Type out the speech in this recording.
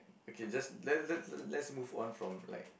okay just let's let's let's move on from like